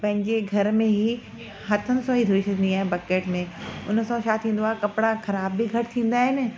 पंहिंजे घर में ई हथनि सो ई धोई छॾींदी आहियां बकैट में उन सां छा थींदो आहे कपिड़ा ख़राब बि घटि थींदा आहिनि